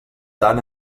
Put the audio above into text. tant